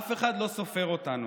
אף אחד לא סופר אותנו.